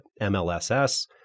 MLSS